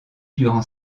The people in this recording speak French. durant